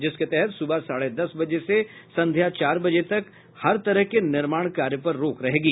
जिसके तहत सुबह साढ़े दस बजे से संध्या चार बजे तक जिले में हर तरह के निर्माण कार्य पर रोक रहेगी